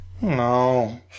No